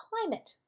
climate